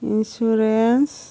insurance